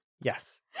yes